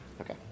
Okay